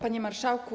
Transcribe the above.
Panie Marszałku!